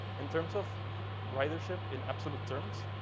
in terms of ridership in absolute terms,